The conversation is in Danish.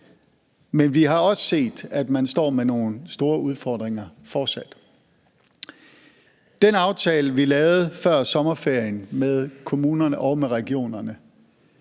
Men vi har også set, at man fortsat står med nogle store udfordringer. Den aftale, vi lavede før sommerferien med kommunerne og med regionerne,